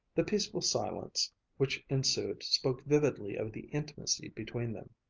the peaceful silence which ensued spoke vividly of the intimacy between them.